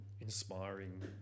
inspiring